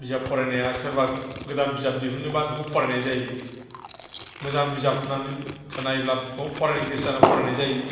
बिजाब फरायनाया सोरबा गोदान बिजाब दिहुननोबा बेखौ फरायनाय जायो मोजां बिजाब होननानै खोनायोब्ला फरायनो गोसो जानानै फरायनाय जायो